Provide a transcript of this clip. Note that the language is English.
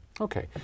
Okay